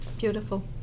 beautiful